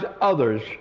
others